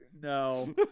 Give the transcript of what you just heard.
No